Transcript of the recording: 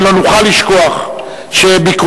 ולא נוכל לשכוח שבקרואטיה,